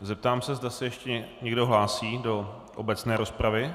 Zeptám se, zda se ještě někdo hlásí do obecné rozpravy.